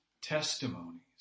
testimonies